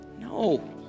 no